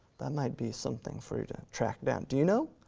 that might be something for you to track down. do you know,